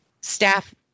staff